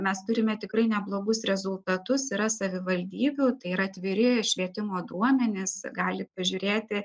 mes turime tikrai neblogus rezultatus yra savivaldybių tai yra atviri švietimo duomenys gali pažiūrėti